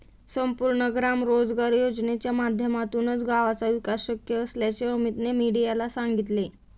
संपूर्ण ग्राम रोजगार योजनेच्या माध्यमातूनच गावाचा विकास शक्य असल्याचे अमीतने मीडियाला सांगितले